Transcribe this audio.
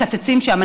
מקצצים שם.